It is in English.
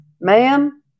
ma'am